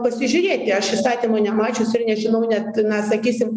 pasižiūrėti aš įstatymo nemačius ir nežinau net na sakysim